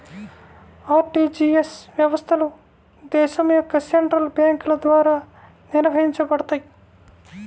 RTGS వ్యవస్థలు దేశం యొక్క సెంట్రల్ బ్యేంకుల ద్వారా నిర్వహించబడతయ్